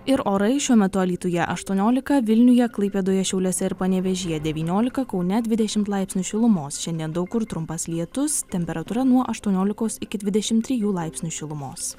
ir orai šiuo metu alytuje aštuoniolika vilniuje klaipėdoje šiauliuose ir panevėžyje devyniolika kaune dvidešim laipsnių šilumos šiandien daug kur trumpas lietus temperatūra nuo aštuoniolikos iki dvidešim trijų laipsnių šilumos